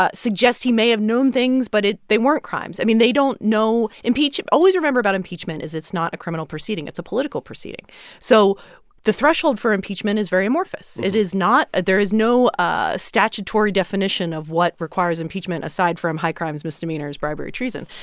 ah suggest he may have known things, but they weren't crimes? i mean, they don't know always remember about impeachment is it's not a criminal proceeding. it's a political proceeding so the threshold for impeachment is very amorphous. it is not there is no ah statutory definition of what requires impeachment, aside from high crimes, misdemeanors, bribery, treason.